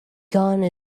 gone